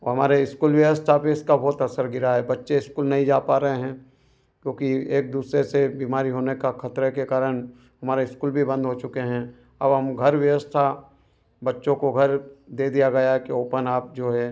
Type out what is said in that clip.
और हमारे इस्कूल व्यवस्था पर इसका बहुत असर गिरा है बच्चे इस्कूल नहीं जा पा रए हैं क्योंकि एक दूसरे से बिमारी होने का खतरे के कारण हमारे इस्कूल भी बंद हो चुके हैं अब हम घर व्यवस्था बच्चों को घर दे दिया गया है कि ओपन आप जो है